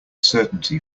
certainty